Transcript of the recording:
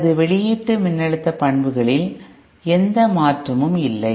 எனது வெளியீட்டு மின்னழுத்த பண்புகளில் எந்த மாற்றமும் இல்லை